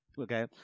Okay